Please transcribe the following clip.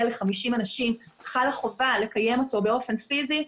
ל-50 אנשים חלה חובה לקיים אותו באופן פיזי,